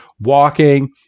walking